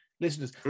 listeners